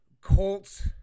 Colts